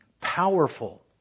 powerful